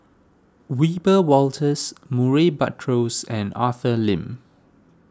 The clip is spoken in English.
Wiebe Wolters Murray Buttrose and Arthur Lim